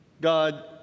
God